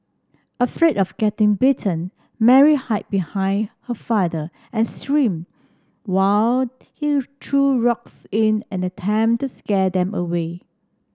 afraid of getting bitten Mary hide behind her father and scream while he threw rocks in an attempt to scare them away